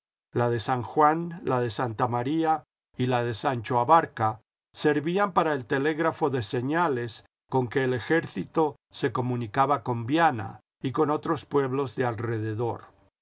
la de san juan la de santa maría y la de sancho abarca servían para el telégrafo de señales con que el ejército se comunicaba con viana y con otros pueblos de alrededor